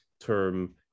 term